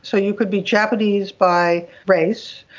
so you could be japanese by race,